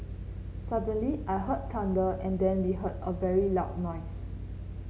suddenly I heard thunder and then we heard a very loud noise